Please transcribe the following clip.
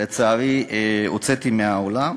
לצערי הוצאתי מן האולם.